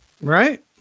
right